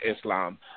Islam